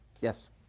Yes